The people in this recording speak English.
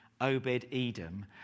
Obed-Edom